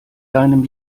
deinem